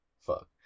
Fuck